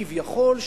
כביכול,